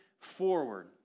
forward